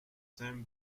them